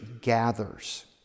gathers